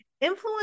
Influence